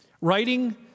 Writing